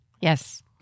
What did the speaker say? yes